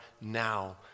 now